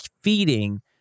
feeding